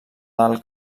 del